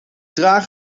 draag